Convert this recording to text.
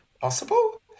possible